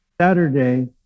Saturday